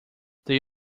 they